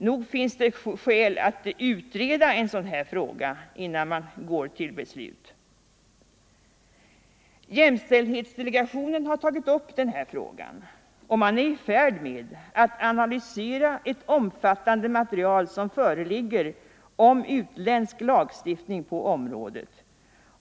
Nog finns det skäl att utreda frågan innan man går till beslut. Jämställdhetsdelegationen har tagit upp frågan och man är i färd med att analysera ett omfattande material som föreligger om utländsk lag Nr 130 stiftning på området.